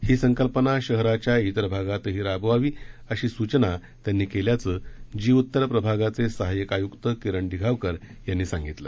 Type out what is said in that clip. ही संकल्पना शहराच्या इतर भागातही राबवावी अशी सूचना त्यांनी केल्याचं जी उतर प्रभागाचे सहायक आय्क्त किरण दिघावकर यांनी सांगितलं